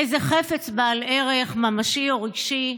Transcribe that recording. איזה חפץ בעל ערך ממשי או רגשי,